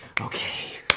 Okay